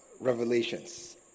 Revelations